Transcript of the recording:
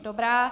Dobrá.